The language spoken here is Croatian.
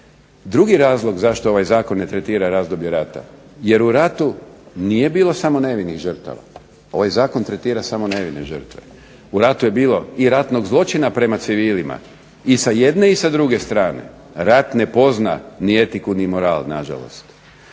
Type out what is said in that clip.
Drugi razlog zašto ovaj zakon ne tretira razdoblje rata, jer u ratu nije bilo samo nevinih žrtava, ovaj zakon tretira samo nevine žrtve. U ratu je bilo i ratnog zločina prema civilima i sa jedne i sa druge strane. Rat ne pozna ni etiku ni moral nažalost,